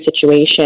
situation